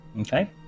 Okay